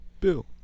Bill